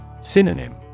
Synonym